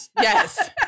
Yes